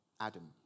Adam